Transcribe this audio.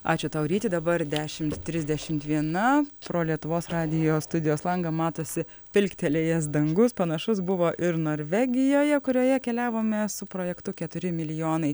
ačiū tau ryti dabar dešimt trisdešimt viena pro lietuvos radijo studijos langą matosi pilktelėjęs dangus panašus buvo ir norvegijoje kurioje keliavome su projektu keturi milijonai